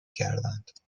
کردند